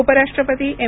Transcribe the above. उपराष्ट्रपती एम